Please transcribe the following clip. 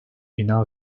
bina